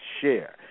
share